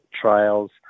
trials